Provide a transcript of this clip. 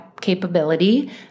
capability